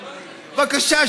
בבקשה,